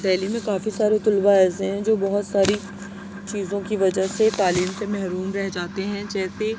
دہلی میں کافی سارے طلبہ ایسے ہیں جو بہت ساری چیزوں کی وجہ سے تعلیم سے محروم رہ جاتے ہیں جیسے